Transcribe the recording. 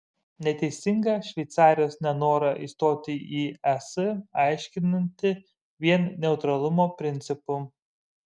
neteisinga šveicarijos nenorą įstoti į es aiškinti vien neutralumo principu